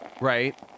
right